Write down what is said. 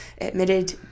admitted